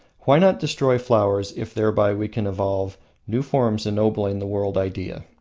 why not destroy flowers if thereby we can evolve new forms ennobling the world idea?